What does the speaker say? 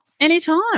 Anytime